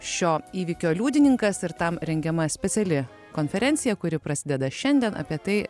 šio įvykio liudininkas ir tam rengiama speciali konferencija kuri prasideda šiandien apie tai